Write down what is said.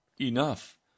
Enough